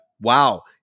Wow